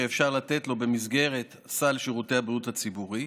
שאפשר לתת לו במסגרת סל שירותי הבריאות הציבורי,